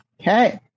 okay